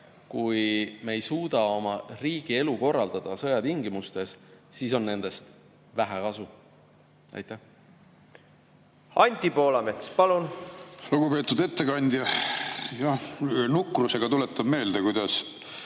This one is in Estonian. kui me ei suuda oma riigi elu korraldada sõjatingimustes, siis on nendest vähe kasu. Anti Poolamets, palun! Lugupeetud ettekandja! Nukrusega tuletan meelde, kuidas